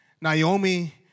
Naomi